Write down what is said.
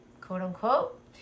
quote-unquote